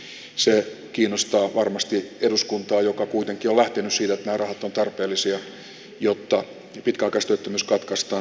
se kiinnostaa varmasti eduskuntaa joka kuitenkin on lähtenyt siitä että nämä rahat ovat tarpeellisia jotta pitkäaikaistyöttömyys katkaistaan nuoria voidaan auttaa